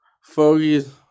Fogies